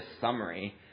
summary